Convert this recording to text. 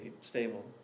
stable